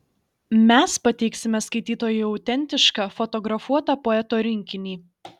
mes pateiksime skaitytojui autentišką fotografuotą poeto rinkinį